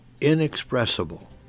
inexpressible